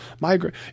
migrate